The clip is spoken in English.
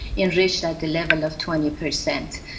enriched at the level of twenty percent,